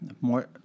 more